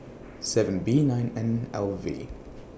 seven B nine N L V